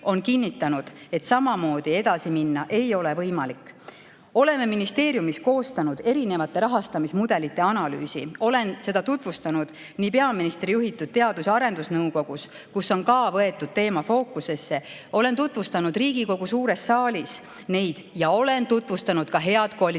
on kinnitanud, et samamoodi edasi minna ei ole võimalik. Oleme ministeeriumis koostanud erinevate rahastamismudelite analüüsi. Olen seda tutvustanud nii peaministri juhitud Teadus‑ ja Arendusnõukogus, kus on ka see teema fookusesse võetud, olen neid tutvustanud Riigikogu suures saalis ja, head endised koalitsioonipartnerid,